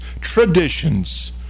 traditions